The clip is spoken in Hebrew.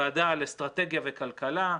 ועדה לאסטרטגיה וכלכלה,